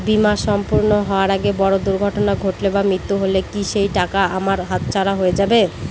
বীমা সম্পূর্ণ হওয়ার আগে বড় দুর্ঘটনা ঘটলে বা মৃত্যু হলে কি সেইটাকা আমার হাতছাড়া হয়ে যাবে?